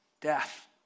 death